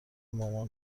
مامان